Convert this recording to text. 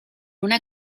una